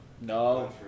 No